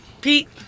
Pete